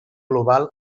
global